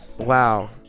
Wow